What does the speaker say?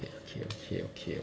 okay okay okay